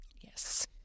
Yes